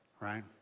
right